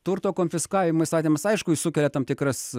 turto konfiskavimo įstatymas aišku jis sukelia tam tikras